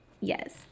Yes